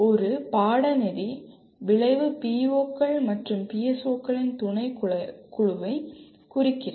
ஒரு பாடநெறி விளைவு PO க்கள் மற்றும் PSO க்களின் துணைக்குழுவைக் குறிக்கிறது